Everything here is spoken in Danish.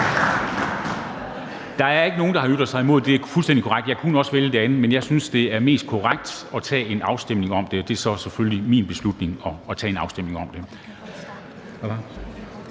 Der er ikke nogen, der har ytret sig imod det, det er fuldstændig korrekt. Jeg kunne også vælge det andet, men jeg synes, det er mest korrekt at tage en afstemning om det, og det er så selvfølgelig min beslutning at tage en afstemning om det.